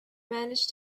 manage